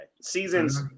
Seasons